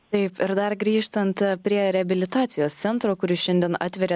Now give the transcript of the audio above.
taip ir dar grįžtant prie reabilitacijos centro kuris šiandien atveria